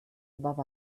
above